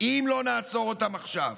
אם לא נעצור אותם עכשיו.